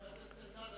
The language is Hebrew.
חבר הכנסת אלדד,